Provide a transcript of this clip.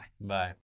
Bye